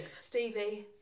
Stevie